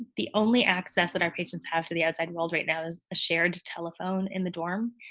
the only access that our patients have to the outside world right now is a shared telephone in the dorm.